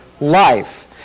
life